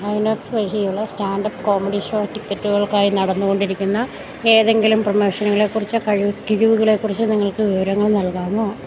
ഐനോക്സ് വഴിയുള്ള standup comedy show ടിക്കറ്റുകൾക്കായി നടന്നുകൊണ്ടിരിക്കുന്ന ഏതെങ്കിലും പ്രമോഷനുകളെക്കുറിച്ചോ കഴിവ് കിഴിവുകളെക്കുറിച്ചോ നിങ്ങൾക്ക് വിവരങ്ങൾ നൽകാമോ